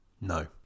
No